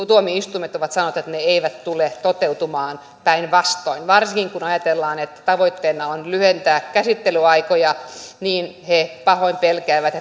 tuomioistuimet ovat sanoneet että ne eivät tule toteutumaan päinvastoin varsinkin kun ajatellaan että tavoitteena on lyhentää käsittelyaikoja niin he pahoin pelkäävät